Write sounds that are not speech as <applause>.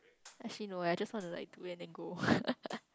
as she know eh I just want to like to end and go <laughs>